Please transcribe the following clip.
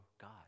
God